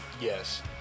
Yes